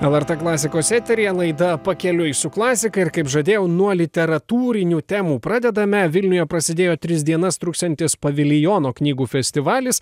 lrt klasikos eteryje laida pakeliui su klasika ir kaip žadėjau nuo literatūrinių temų pradedame vilniuje prasidėjo tris dienas truksiantis paviljono knygų festivalis